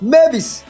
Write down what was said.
Mavis